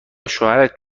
شوهرت